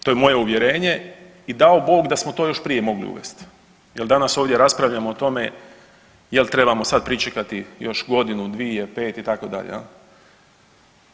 To je moje uvjerenje i dao Bog da smo to još prije mogli uvesti jel danas ovdje raspravljamo o tome jel trebamo sad pričekati još godinu, dvije, pet itd. jel.